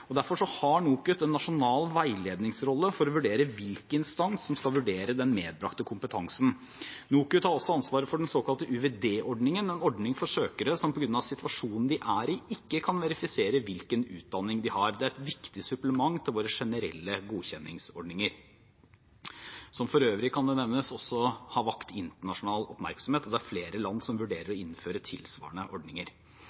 og derfor har NOKUT en nasjonal veiledningsrolle for å vurdere hvilken instans som skal vurdere den medbrakte kompetansen. NOKUT har også ansvaret for den såkalte UVD-ordningen, en ordning for søkere som på grunn av situasjonen de er i, ikke kan verifisere hvilken utdanning de har. Dette er et viktig supplement til våre generelle godkjenningsordninger, som for øvrig har vakt internasjonal oppmerksomhet. Det er flere land som vurderer